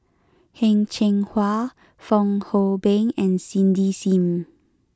Heng Cheng Hwa Fong Hoe Beng and Cindy Sim